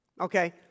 okay